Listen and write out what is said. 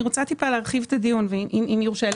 אני רוצה קצת להרחיב את הדיון, אם יורשה לי.